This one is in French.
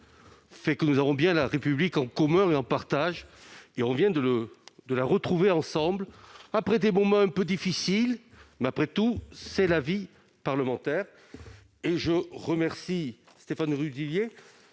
montre que nous avons bien la République en partage. On vient de la retrouver ensemble, après des moments un peu difficiles, mais, après tout, c'est la vie parlementaire. Je remercie enfin Stéphane Le Rudulier